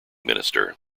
minister